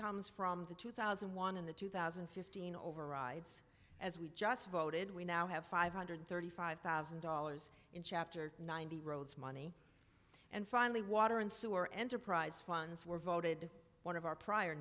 comes from the two thousand and one in the two thousand and fifteen overrides as we just voted we now have five hundred thirty five thousand dollars in chapter nine the roads money and finally water and sewer enterprise funds were voted one of our prior